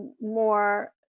more